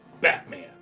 Batman